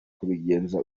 kubigenza